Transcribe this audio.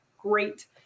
great